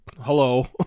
hello